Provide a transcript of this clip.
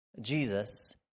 Jesus